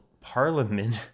parliament